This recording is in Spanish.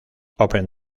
open